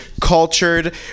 cultured